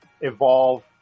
evolve